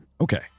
Okay